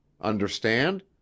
Understand